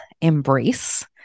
embrace